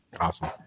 Awesome